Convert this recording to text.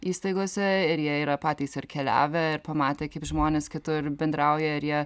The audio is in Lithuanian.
įstaigose ir jie yra patys ir keliavę ir pamatę kaip žmonės kitur bendrauja ir jie